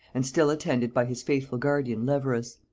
and still attended by his faithful guardian leverous.